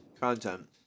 content